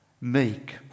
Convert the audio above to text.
meek